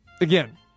again